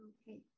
Okay